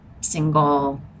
single